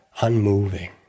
Unmoving